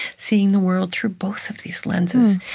seeing the world through both of these lenses,